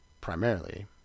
primarily